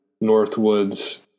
Northwood's